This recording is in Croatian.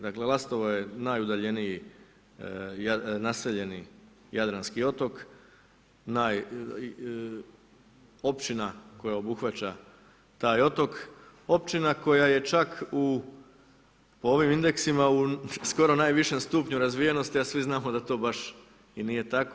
Dakle, Lastovo je najudaljeniji, naseljeni Jadranski otok, općina koja obuhvaća taj otok, općina koja je čak po ovim indeksima, skoro u najvišem stupnju razvijenosti i svi znamo da to baš i nije tako.